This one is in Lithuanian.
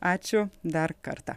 ačiū dar kartą